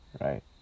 right